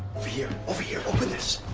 over here, over here, open this!